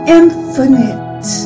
infinite